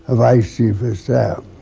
ah vice chief of staff.